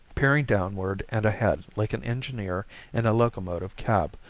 peering downward and ahead like an engineer in a locomotive cab,